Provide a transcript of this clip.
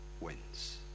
wins